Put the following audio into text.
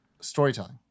storytelling